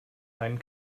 einen